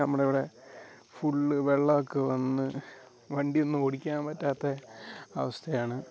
നമ്മുടെ ഇവിടെ ഫുള്ള് വെള്ളം ഒക്കെ വന്ന് വണ്ടി ഒന്നും ഓടിക്കാൻ പറ്റാത്ത അവസ്ഥയാണ്